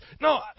No